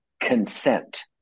consent